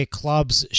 club's